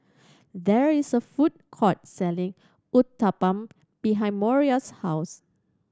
there is a food court selling Uthapam behind Moriah's house